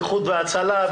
איחוד הצלה.